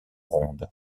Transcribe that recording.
ronde